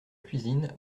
cuisine